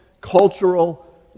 cultural